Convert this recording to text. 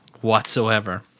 whatsoever